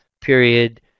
period